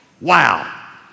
Wow